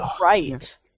right